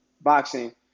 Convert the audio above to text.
boxing